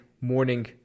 Morning